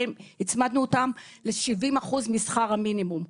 והצמדנו אותם ל-70% משכר המינימום.